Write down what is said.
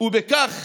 ובכך